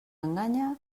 enganya